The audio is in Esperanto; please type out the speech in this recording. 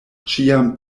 ĉiam